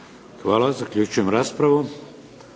Hvala. Zaključujem raspravu.